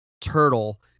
turtle